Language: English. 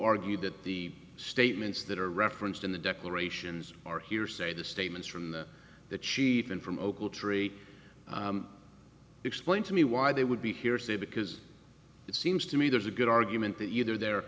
argue that the statements that are referenced in the declarations are hearsay the statements from the the chief in from oakland tree explain to me why they would be hearsay because it seems to me there's a good argument that either their